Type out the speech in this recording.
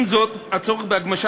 יובל